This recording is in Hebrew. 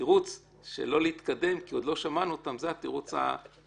התירוץ לא להתקדם כי עוד לא שמענו אותם זה התירוץ שאפשר,